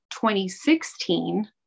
2016